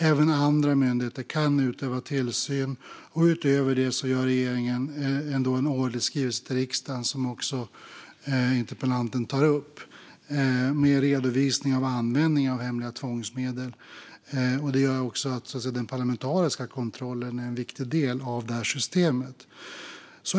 Även andra myndigheter kan utöva tillsyn. Utöver detta gör regeringen årliga skrivelser till riksdagen, som interpellanten tar upp, med redovisning av användningen av hemliga tvångsmedel. Det gör också att den parlamentariska kontrollen är en viktig del av det här systemet.